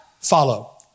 follow